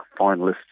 finalists